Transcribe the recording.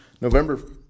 november